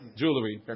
jewelry